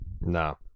no